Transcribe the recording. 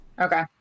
Okay